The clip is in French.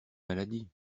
maladie